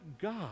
God